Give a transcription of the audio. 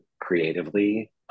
creatively